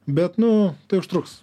bet nu tai užtruks